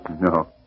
No